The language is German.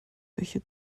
welche